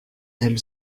elle